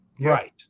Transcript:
Right